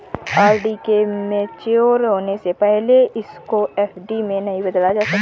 RD के mature होने से पहले इसको एफ.डी में नहीं बदला जा सकता